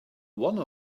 one